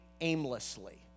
aimlessly